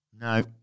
No